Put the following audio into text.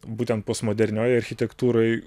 būtent postmoderniojoj architektūroj